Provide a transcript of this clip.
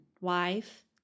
wife